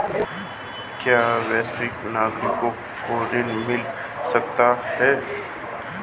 क्या वरिष्ठ नागरिकों को ऋण मिल सकता है?